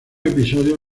episodios